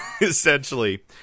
essentially